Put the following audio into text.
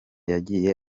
yagiye